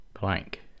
blank